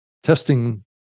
testing